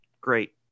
great